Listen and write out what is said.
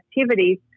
activities